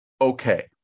okay